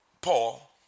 Paul